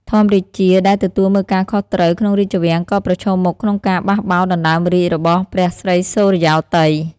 ធម្មរាជា ដែលទទួលមើលការខុសត្រូវក្នុងរាជវាំងក៏ប្រឈមមុខក្នុងការបោះបោរដណ្ដើមរាជ្យរបស់ព្រះស្រីសុរិយោទ័យ ។